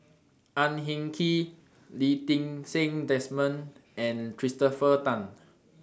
Ang Hin Kee Lee Ti Seng Desmond and Christopher Tan